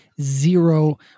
zero